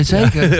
zeker